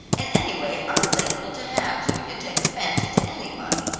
and anyway i'm thankful to have julia take a fancy to anybody,